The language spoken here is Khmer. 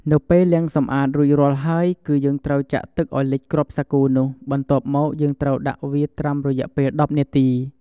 នៅពេលលាងសម្អាតរួចរាល់ហើយ គឺយើងត្រូវចាក់ទឹកឱ្យលិចគ្រាប់សាគូនោះ បន្ទាប់មកយើងត្រូវដាក់វាត្រាំរយៈពេល១០នាទី។